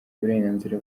uburenganzira